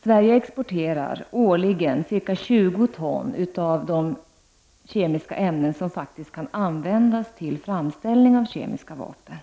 Sverige exporterar årligen ca 20 ton av de kemiska ämnen som faktiskt kan användas vid framställning av kemiska vapen.